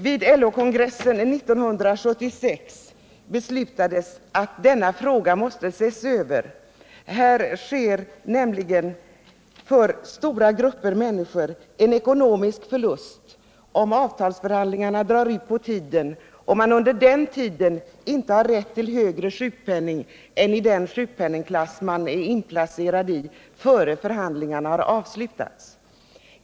Vid LO-kongressen 1976 beslutades att denna fråga måste ses över. Här åsamkas nämligen stora grupper människor ekonomiska förluster om avtalsförhandlingarna drar ut på tiden. Under den tiden har de inte rätt till högre sjukpenning än i den sjukpenningklass där de är inplacerade; det får de nämligen inte förrän förhandlingarna har avslutats.